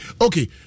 Okay